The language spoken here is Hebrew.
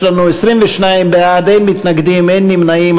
יש לנו 22 בעד, אין מתנגדים, אין נמנעים.